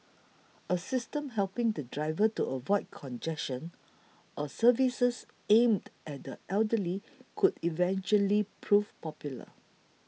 a system helping the driver to avoid congestion or services aimed at the elderly could eventually prove popular